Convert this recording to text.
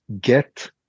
get